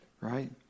right